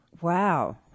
Wow